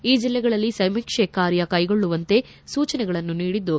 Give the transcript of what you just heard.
ಈ ಜಿಲ್ಲೆಗಳಲ್ಲಿ ಸಮೀಕ್ಷೆ ಕಾರ್ಯ ಕೈಗೆತ್ತಿಕೊಳ್ಳುವಂತೆ ಸೂಚನೆಗಳನ್ನು ನೀಡಿದ್ದು